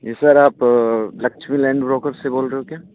जी sir आप Laxmi land broker से बोल रहे हो क्या